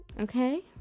okay